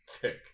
thick